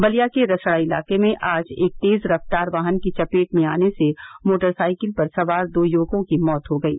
बलिया के रसड़ा इलाके में आज एक तेज रफ्तार वाहन की चपेट में आने से मोटरसाइकिल सवार दो युवकों की मौत हो गयी